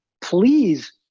please